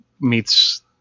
meets